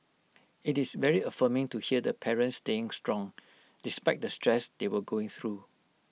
IT is very affirming to hear the parents staying strong despite the stress they were going through